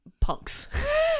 punks